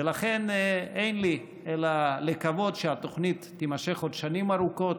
ולכן אין לי אלא לקוות שהתוכנית תימשך עוד שנים ארוכות,